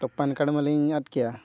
ᱛᱳ PAN card ᱢᱟᱞᱤᱧ ᱟᱫ ᱠᱮᱜᱼᱟ